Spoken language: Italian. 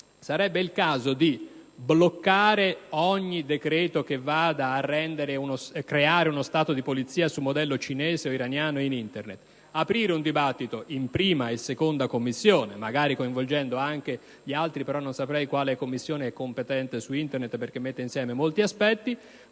sarebbe il caso di bloccare ogni provvedimento che vada a creare uno Stato di polizia sul modello cinese o iraniano in Internet, aprire un dibattito in 1a e 2a Commissione, magari coinvolgendo anche le altre (non saprei però quale Commissione è competente su Internet, perché la materia mette insieme molti aspetti),